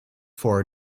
for